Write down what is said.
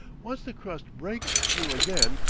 once the crust breaks through again,